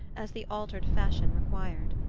as the altered fashion required.